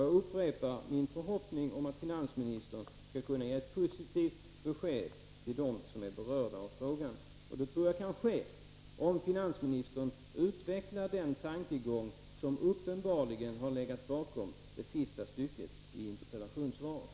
Jag upprepar min förhoppning om att finansministern skall kunna ge ett positivt besked till dem som är berörda av frågan. Det tror jag kan ske, om finansministern utvecklar den tankegång som uppenbarligen har legat bakom detta sista stycke i interpellationssvaret.